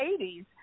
80s